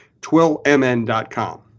Twillmn.com